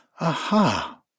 Aha